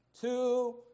two